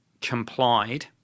complied